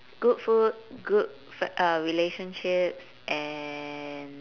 good food good f~ uh relationships and